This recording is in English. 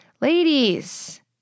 Ladies